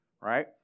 right